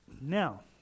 Now